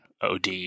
OD